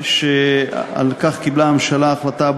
אינו נוכח יוני שטבון, אינו נוכח מאיר שטרית,